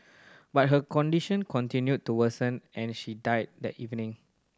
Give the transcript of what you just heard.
but her condition continued to worsen and she died that evening